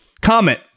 Comment